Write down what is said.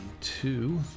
two